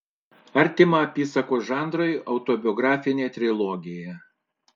artima apysakos žanrui autobiografinė trilogija